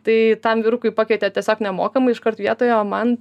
tai tam vyrukui pakeitė tiesiog nemokamai iškart vietoje o man